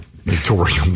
Victoria